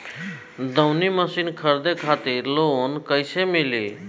दऊनी मशीन खरीदे खातिर लोन कइसे मिली?